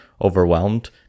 overwhelmed